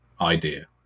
idea